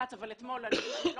אתמול.